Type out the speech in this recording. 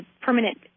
permanent